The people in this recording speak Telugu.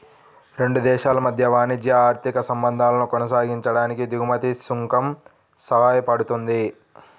రెండు దేశాల మధ్య వాణిజ్య, ఆర్థిక సంబంధాలను కొనసాగించడానికి దిగుమతి సుంకం సాయపడుతుంది